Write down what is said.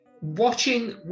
Watching